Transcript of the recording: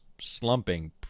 slumping